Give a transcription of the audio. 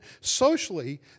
Socially